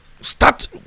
start